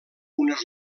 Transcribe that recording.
unes